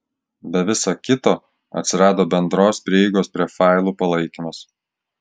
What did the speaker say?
be viso kito atsirado bendros prieigos prie failų palaikymas